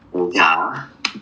等一下 ah